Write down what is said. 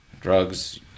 drugs